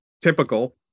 typical